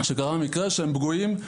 שהם פגועים,